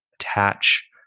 attach